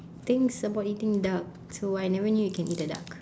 thinks about eating duck so I never knew we can eat the duck